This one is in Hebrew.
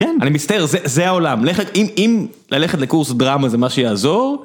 אני מצטער, זה העולם, אם ללכת לקורס דרמה זה מה שיעזור